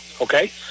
okay